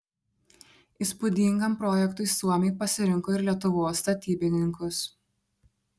įspūdingam projektui suomiai pasirinko ir lietuvos statybininkus